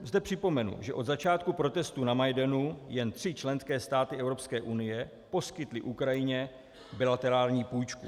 Zde připomenu, že od začátku protestů na Majdanu jen tři členské státy Evropské unie poskytly Ukrajině bilaterální půjčku.